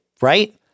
right